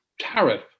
tariff